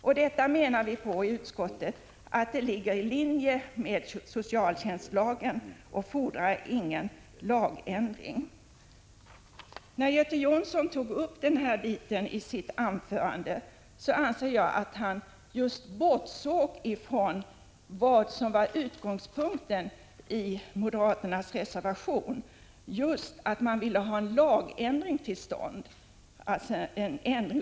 Utskottsmajoriteten menar att detta ligger i linje med socialtjänstlagen och att det därför inte fordras någon lagändring. När Göte Jonsson tog upp den här biten i sitt anförande bortsåg han, enligt min mening, från vad som var utgångspunkten i moderaternas reservation, nämligen att moderaterna vill få en ändring av socialtjänstlagen till stånd. Prot.